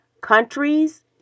countries